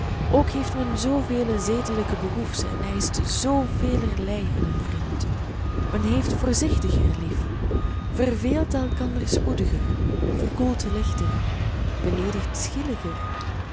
ook heeft men zoo vele zedelijke behoeften en eischt zoo velerlei in een vriend men heeft voorzichtiger lief verveelt elkander spoediger verkoelt lichter beleedigt